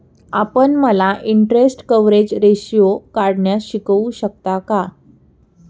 आपण मला interest coverage ratio काढण्यास शिकवू शकता का?